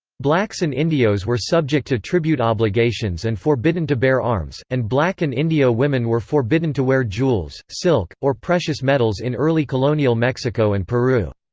blacks and indios were subject to tribute obligations and forbidden to bear arms, and black and indio women were forbidden to wear jewels, silk, or precious metals in early colonial mexico and peru.